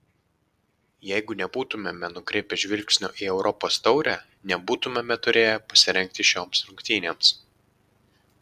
jeigu nebūtumėme nukreipę žvilgsnio į europos taurę nebūtumėme turėję pasirengti šioms rungtynėms